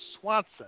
Swanson